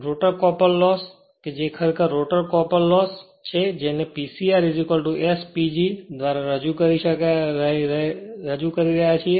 rotor copper કે જે ખરેખર રોટર કોપર લોસ જેને P c r S PG દ્વારા રજૂ કરી રહ્યા છીએ